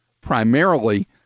primarily